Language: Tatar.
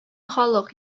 халык